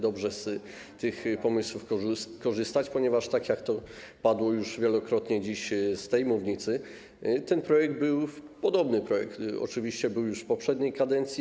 Dobrze z tych pomysłów korzystać, ponieważ, tak jak padło już wielokrotnie dziś z tej mównicy, podobny projekt oczywiście był już w poprzedniej kadencji.